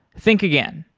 think again.